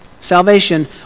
salvation